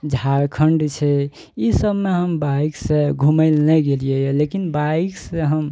झारखण्ड छै ई सबमे हम बाइकसँ घुमय लए नहि गेलियइ यऽ लेकिन बाइकसँ हम